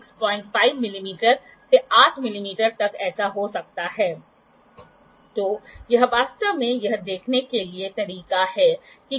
पहली बार देखा गया कुछ ब्लॉक के साथ सैकड़ों हजारों एंगलों को मापना असंभव है लेकिन इन ब्लॉकों के जोड़ और घटाव द्वारा यह संभव हो सकता है